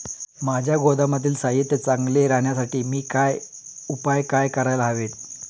माझ्या गोदामातील साहित्य चांगले राहण्यासाठी मी काय उपाय काय करायला हवेत?